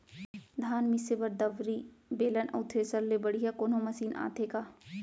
धान मिसे बर दंवरि, बेलन अऊ थ्रेसर ले बढ़िया कोनो मशीन आथे का?